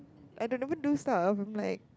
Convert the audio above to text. I don't never do stuff I'm like